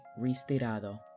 Ristirado